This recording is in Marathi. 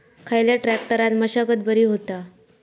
खयल्या ट्रॅक्टरान मशागत बरी होता?